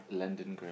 London grammar